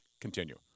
Continue